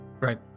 right